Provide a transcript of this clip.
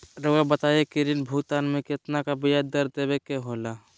रहुआ बताइं कि ऋण भुगतान में कितना का ब्याज दर देवें के होला?